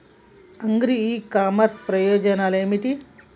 Agri e commerce ప్రయోజనాలు ఏమిటి?